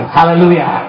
Hallelujah